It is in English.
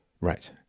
Right